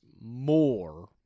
more